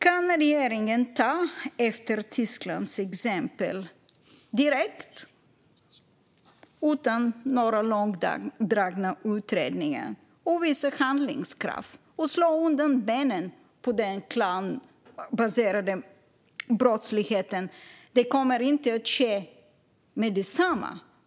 Kan regeringen ta efter Tysklands exempel direkt utan några långdragna utredningar, visa handlingskraft och slå undan benen på den klanbaserade brottsligheten? Det kommer inte att ske med detsamma.